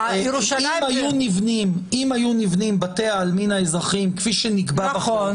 אם היו נבנים בתי העלמין האזרחיים כפי שנקבע בחוק,